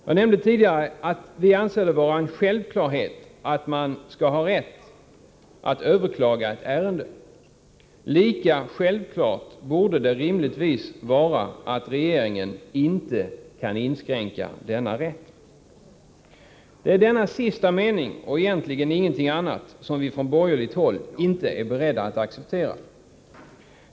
Jag nämnde tidigare att vi anser det vara en självklarhet att man skall ha rätt att överklaga beslutet i ett ärende. Lika självklart borde det rimligtvis vara att regeringen inte skall kunna inskränka denna rätt. Det är den sista meningen i 4 §— och egentligen ingenting annat — som vi från borgerligt håll inte är beredda att acceptera.